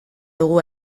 dugu